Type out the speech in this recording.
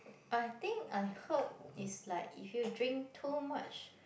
I think I heard is like if you drink too much